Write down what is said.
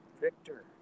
victor